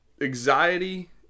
Anxiety